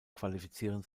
qualifizieren